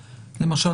למשל,